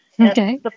Okay